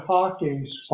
Hawking's